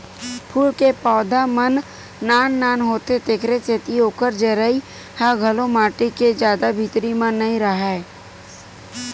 फूल के पउधा मन नान नान होथे तेखर सेती ओखर जरई ह घलो माटी के जादा भीतरी म नइ राहय